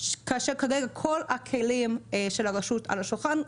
כאשר כרגע כל הכלים של הרשות על השולחן,